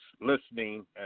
listening